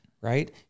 right